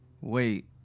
Wait